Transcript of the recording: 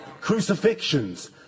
Crucifixions